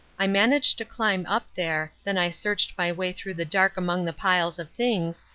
i managed to climb up there, then i searched my way through the dark among the piles of things,